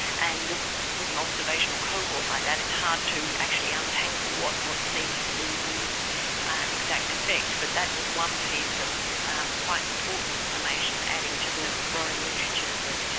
and with an observational cohort like that it's hard to actually untangle what what seems to be the exact effect. but that was one piece of quite important information adding to the growing literature that